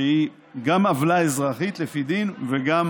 שהיא גם עוולה אזרחית לפי דין וגם